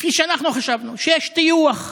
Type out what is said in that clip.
כפי שאנחנו חשבנו, שיש טיוח,